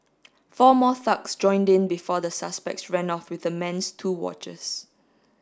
four more thugs joined in before the suspects ran off with the man's two watches